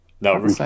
No